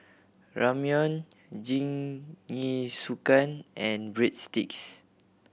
Ramyeon Jingisukan and Breadsticks